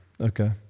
Okay